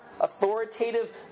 authoritative